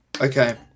Okay